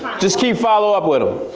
just keep following up with him.